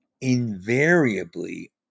invariably